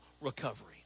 recovery